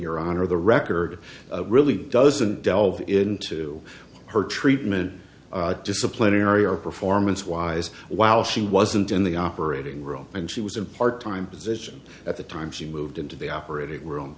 honor the record really doesn't delve into her treatment disciplinary or performance wise while she wasn't in the operating room and she was a part time position at the time she moved into the operating room